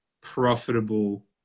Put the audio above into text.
profitable